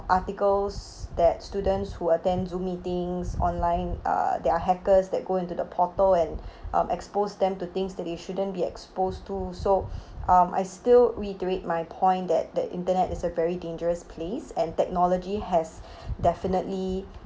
articles that students who attend zoom meetings online uh there are hackers that go into the portal and um expose them to things that they shouldn't be exposed to so um I still reiterate my point that the internet is a very dangerous place and technology has definitely